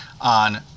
on